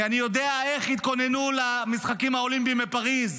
כי אני יודע איך התכוננו למשחקים האולימפיים בפריז,